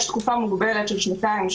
יש תקופה מוגבלת של שנתיים,